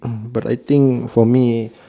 but I think for me